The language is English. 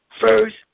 first